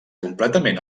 completament